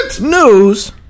News